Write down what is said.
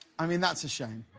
i mean, that's a shame.